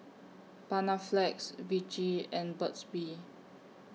Panaflex Vichy and Burt's Bee